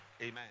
Amen